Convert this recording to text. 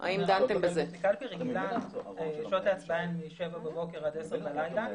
שעות ההצבעה הן משעה 7:00 בבוקר עד 10:00 בלילה.